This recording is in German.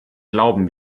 glauben